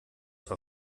war